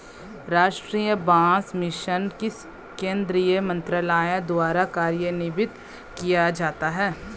राष्ट्रीय बांस मिशन किस केंद्रीय मंत्रालय द्वारा कार्यान्वित किया जाता है?